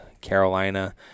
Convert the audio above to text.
Carolina